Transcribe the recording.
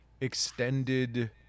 extended